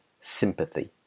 sympathy